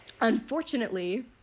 Unfortunately